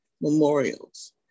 memorials